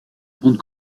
grande